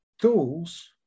tools